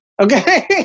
Okay